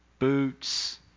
boots